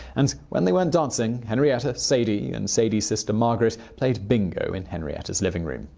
and, when they weren't dancing, henrietta, sadie, and sadie's sister margaret played bingo in henrietta's living room.